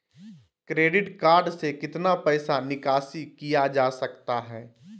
Credit card से कितना पैसा निकासी किया जा सकता है?